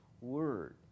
word